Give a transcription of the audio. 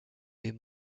les